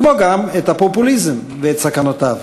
כמו גם את הפופוליזם ואת סכנותיו.